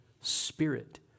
spirit